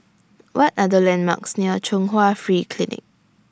What Are The landmarks near Chung Hwa Free Clinic